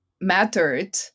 mattered